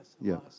Yes